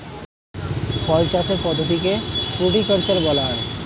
ফল চাষের পদ্ধতিকে ফ্রুটিকালচার বলা হয়